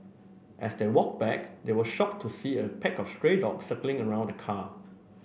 as they walked back they were shocked to see a pack of stray dog circling around the car